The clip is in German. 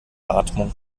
atmung